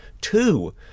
two